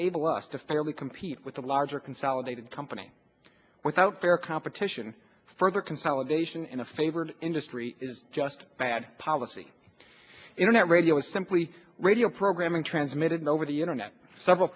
to fairly compete with a larger consolidated company without fair competition further consolidation in a favored industry is just bad policy internet radio is simply radio programming transmitted over the internet several